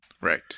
right